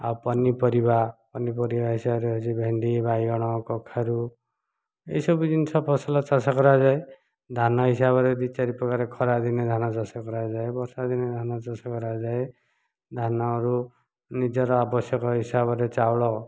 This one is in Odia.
ଆଉ ପନିପାରିବା ପନିପରିବା ହିସାବରେ ଅଛି ଭେଣ୍ଡି ବାଇଗଣ କଖାରୁ ଏଇସବୁ ଜିନିଷ ଫସଲ ଚାଷ କରାଯାଏ ଧାନ ହିସାବରେ ଦୁଇ ଚାରି ପ୍ରକାର ଖରାଦିନେ ଧାନ ଚାଷ କରାଯାଏ ବର୍ଷାଦିନେ ଧାନ ଚାଷ କରାଯାଏ ଧାନରୁ ନିଜର ଆବଶ୍ୟକ ହିସାବରେ ଚାଉଳ